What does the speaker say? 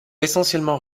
essentiellement